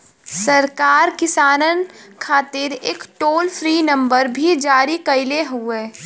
सरकार किसानन खातिर एक टोल फ्री नंबर भी जारी कईले हउवे